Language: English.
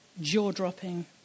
jaw-dropping